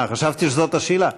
חשבתי שזו השאלה.